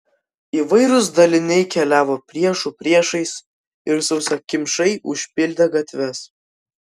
įvairūs daliniai keliavo priešų priešais ir sausakimšai užpildė gatves